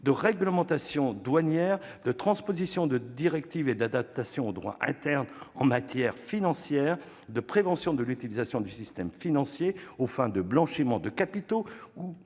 de réglementation douanière, de transposition de directives et d'adaptation du droit interne en matière financière, de prévention de l'utilisation du système financier aux fins de blanchiment de capitaux